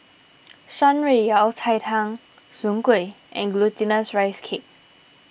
Shan Rui Yao Cai Tang Soon Kway and Glutinous Rice Cake